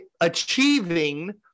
achieving